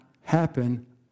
happen